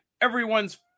everyone's